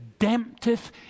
redemptive